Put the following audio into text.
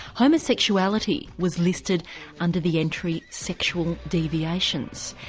homosexuality was listed under the entry sexual deviations.